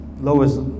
lowest